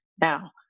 Now